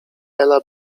ela